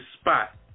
spot